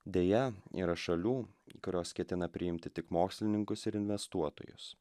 deja yra šalių kurios ketina priimti tik mokslininkus ir investuotojus